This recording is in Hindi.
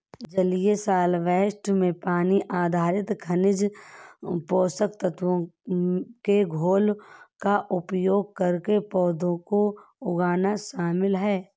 जलीय सॉल्वैंट्स में पानी आधारित खनिज पोषक तत्वों के घोल का उपयोग करके पौधों को उगाना शामिल है